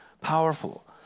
Powerful